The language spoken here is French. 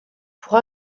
pour